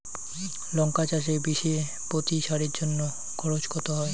লঙ্কা চাষে বিষে প্রতি সারের জন্য খরচ কত হয়?